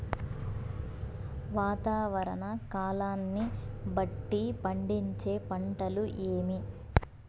వాతావరణ కాలాన్ని బట్టి పండించే పంటలు ఏవి?